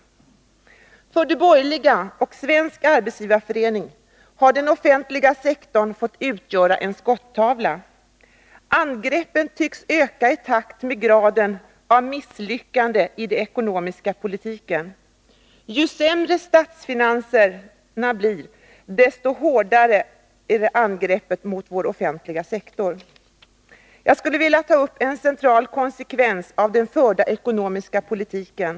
För de borgerliga och Svenska arbetsgivareföreningen har den offentliga sektorn fått utgöra skottavla. Angreppen tycks öka i takt med graden av misslyckande i den ekonomiska politiken. Ju sämre statsfinanserna blir, desto hårdare är angreppen mot den offentliga sektorn. Jag skulle vilja ta upp en central konsekvens av den förda ekonomiska politiken.